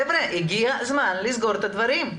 חבר'ה, הגיע הזמן לסגור את הדברים.